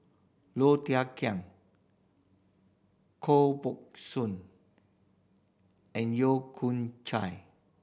Low Thia Khiang Koh Buck Soon and Yeo Con Chye